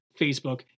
Facebook